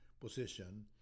position